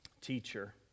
teacher